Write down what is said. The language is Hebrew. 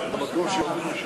חבר הכנסת עמר בר-לב